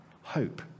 hope